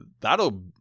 that'll